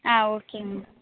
ஆ ஓகேங்க மேம்